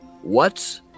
What